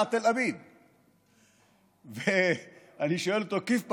ע-תל אביב ואני שואל אותו: כיף באז'יתו?